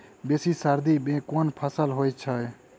बेसी सर्दी मे केँ फसल होइ छै?